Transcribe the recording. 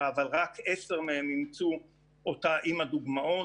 אבל רק עשר מהן אימצו אותה עם הדוגמאות.